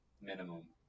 minimum